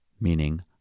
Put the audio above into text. meaning